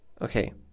Okay